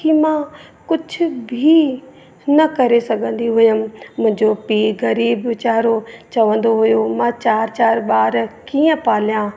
कि मां कुझु बि न करे सघंदी हुयमि मुंहिंजो पीउ ग़रीब वीचारो चवंदो हुयो मां चारि चारि ॿार कीअं पालिया